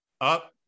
up